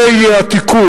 זה יהיה התיקון.